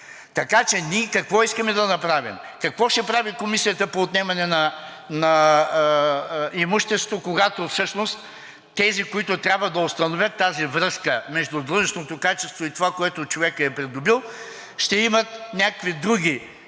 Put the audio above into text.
Така че ние какво искаме да направим? Какво ще прави Комисията по отнемане на имущество, когато всъщност тези, които трябва да установят тази връзка между длъжностното качество и това, което човекът е придобил, ще имат някакви други